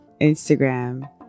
instagram